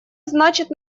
значит